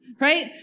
right